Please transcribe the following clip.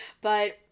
But-